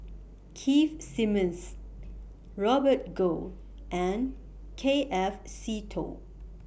Keith Simmons Robert Goh and K F Seetoh